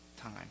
time